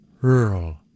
rural